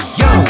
yo